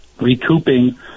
recouping